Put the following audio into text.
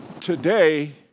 today